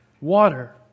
Water